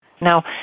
Now